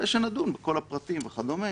אחרי שנדון בכל הפרטים וכדומה,